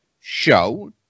show